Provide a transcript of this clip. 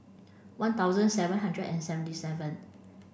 one thousand seven hundred and seventy seven